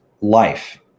life